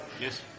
Yes